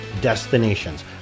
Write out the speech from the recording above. destinations